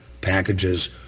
packages